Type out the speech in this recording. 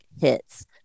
hits